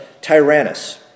Tyrannus